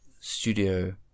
studio